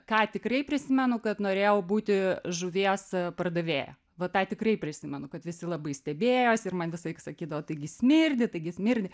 ką tikrai prisimenu kad norėjau būti žuvies pardavėja va tą tikrai prisimenu kad visi labai stebėjosi ir man visąlaik sakydavo taigi smirdi taigi smirdi